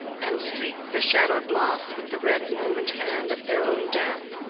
and streak the shadowed moss with the red moment-hand of their own death.